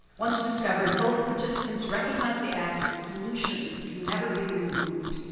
once discovered both participants recognized the act as a pollution that can never be removed.